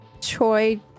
Choi